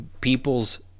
people's